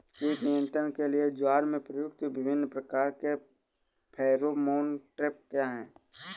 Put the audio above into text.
कीट नियंत्रण के लिए ज्वार में प्रयुक्त विभिन्न प्रकार के फेरोमोन ट्रैप क्या है?